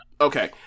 Okay